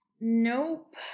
Nope